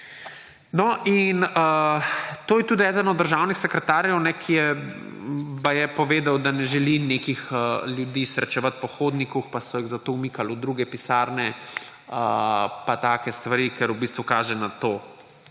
To je tudi eden od državnih sekretarjev, ki je baje povedal, da ne želi nekih ljudi srečevati po hodniku, pa so jih zato umikali v druge pisarne, pa take stvari, kar v bistvu kaže na to,